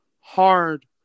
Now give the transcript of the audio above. hard